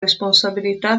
responsabilità